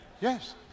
Yes